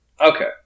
Okay